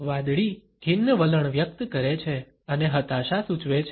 વાદળી ખિન્ન વલણ વ્યક્ત કરે છે અને હતાશા સૂચવે છે